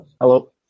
Hello